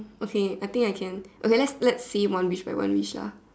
okay I think I can okay let let's see one wish by one wish lah